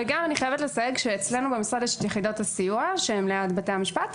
ואני חייבת לסייג שאצלנו במשרד יש את יחידת הסיוע שהיא ליד בתי-המשפט,